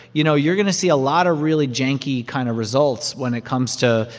you know, you're going to see a lot of really janky kind of results when it comes to,